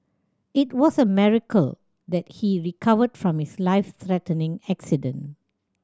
it was a miracle that he recovered from his life threatening accident